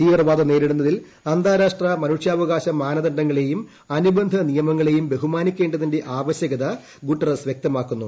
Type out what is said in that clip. തീവ്രവാദം നേരിടുന്നതിൽ അന്താരാഷ്ട്ര മനുഷ്യാവകാശ മാനദണ്ഡങ്ങളേയും അനുബന്ധ നിയമങ്ങളേയും ബഹുമാനിക്കേണ്ടതിന്റെ ആവശ്യകത ഗുട്ടെറസ് വൃക്തമാക്കുന്നു